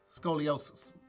scoliosis